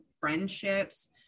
friendships